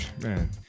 man